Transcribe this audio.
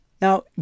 Now